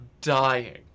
dying